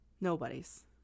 Nobody's